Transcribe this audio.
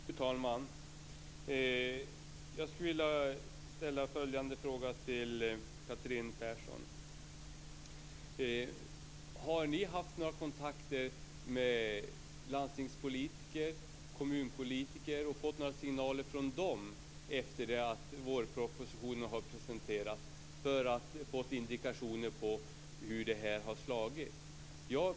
Fru talman! Jag skulle vilja ställa följande fråga till Catherine Persson: Har ni efter det att vårpropositionen presenterats haft några kontakter med landstingspolitiker och kommunpolitiker och fått signaler från dem, just för att få indikationer på hur det här har slagit?